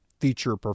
feature